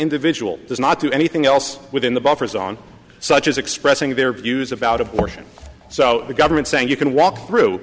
individual does not do anything else within the buffer zone such as expressing their views about abortion so the government saying you can walk through